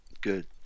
good